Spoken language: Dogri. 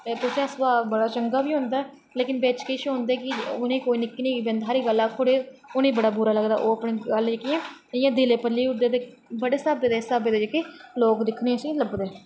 ते कुसे दा स्भाव बड़ा चंगा बी होंदा लेकिन कोई बिच्च होंदे उनेंगी कोई निक्की हारी गल्ल बी आक्खी ओड़ै उनेंगी बड़ा बुरा लगदा ओह् अपनी गल्ल जेह्ड़ी ऐ इयां दिले पर लेई ओड़दे ते बड़े इस हिसावे दे जेह्ड़े लोग दिक्खने गी जेह्ड़े लब्भदे न